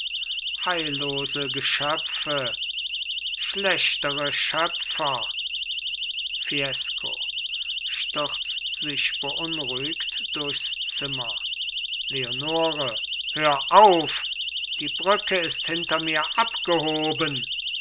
heillose geschöpfe schlechtere schöpfer fiesco stürzt sich beunruhigt durchs zimmer leonore hör auf die brücke ist hinter mir abgehoben